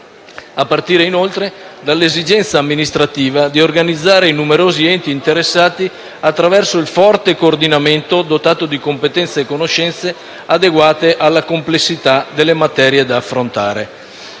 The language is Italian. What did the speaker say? a partire dall'esigenza amministrativa di organizzare i numerosi enti interessati attraverso un forte coordinamento, dotato di competenze e conoscenze adeguate alla complessità delle materie da affrontare.